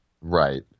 Right